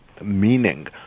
meaning